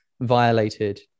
violated